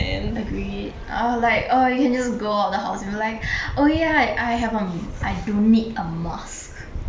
agreed uh like uh you can just go out of the house and be like oh ya I I have a I don't need a mask